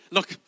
Look